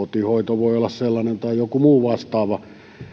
olla sellainen tai joku muu vastaava